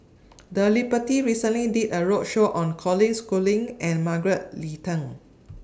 The Liberty recently did A roadshow on Colin Schooling and Margaret Leng Tan